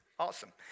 awesome